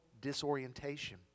disorientation